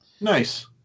Nice